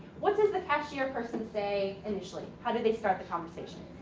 what does the cashier person say initially? how do they start the conversation?